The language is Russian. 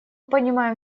понимаем